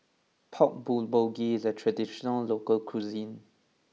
Pork Bulgogi is a traditional local cuisine